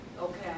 Okay